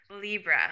Libra